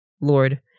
Lord